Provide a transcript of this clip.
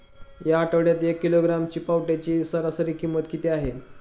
या आठवड्यात एक किलोग्रॅम पावट्याची सरासरी किंमत किती आहे?